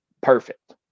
perfect